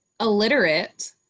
illiterate